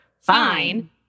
fine